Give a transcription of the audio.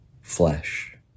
flesh